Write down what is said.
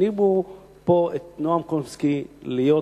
העמידו פה את נועם חומסקי להיות